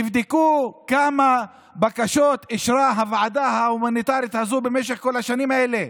תבדקו כמה בקשות אישרה הוועדה ההומניטרית הזו במשך כל השנים האלה.